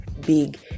big